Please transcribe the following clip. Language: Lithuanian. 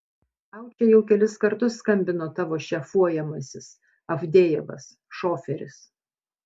tau čia jau kelis kartus skambino tavo šefuojamasis avdejevas šoferis